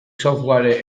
software